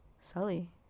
Sully